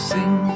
Sing